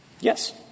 Yes